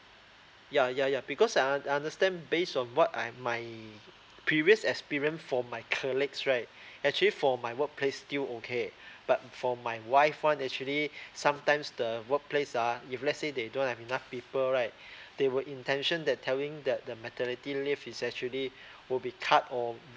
ya ya ya because I uh I understand base on what I my previous experience for my colleagues right actually for my work place still okay but for my wife one actually sometimes the workplace ah if let's say they don't have enough people right they will intention that telling that the maternity leave is actually will be cut or